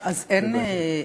אז אין,